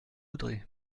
voudrez